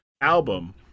album